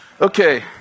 Okay